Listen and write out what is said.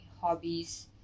hobbies